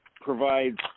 provides